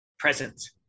presence